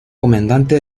comandante